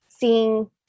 seeing